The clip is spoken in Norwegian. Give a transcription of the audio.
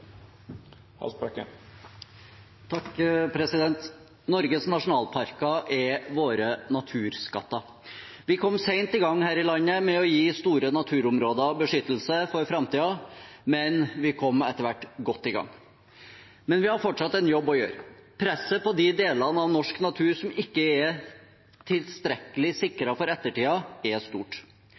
Norges nasjonalparker er våre naturskatter. Vi kom sent i gang her i landet med å gi store naturområder beskyttelse for framtiden, men vi kom etter hvert godt i gang. Vi har likevel fortsatt en jobb å gjøre. Presset på de delene av norsk natur som ikke er tilstrekkelig sikret for ettertiden, er stort.